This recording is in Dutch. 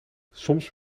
soms